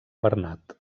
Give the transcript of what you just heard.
bernat